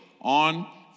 on